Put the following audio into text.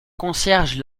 concierge